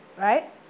Right